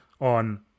on